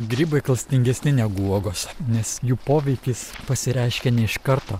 grybai klastingesni negu uogos nes jų poveikis pasireiškia ne iš karto